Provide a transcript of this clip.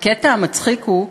"הקטע המצחיק הוא,